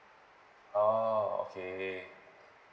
oh okay